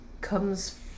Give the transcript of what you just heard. comes